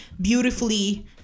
beautifully